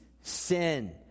sin